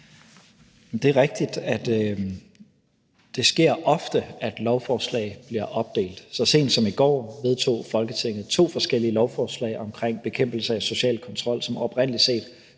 Det er rigtigt, at det ofte sker, at lovforslag bliver opdelt. Så sent som i går vedtog Folketinget to forskellige lovforslag omkring bekæmpelse af social kontrol, som oprindeligt kun